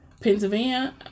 Pennsylvania